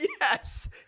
Yes